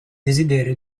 desiderio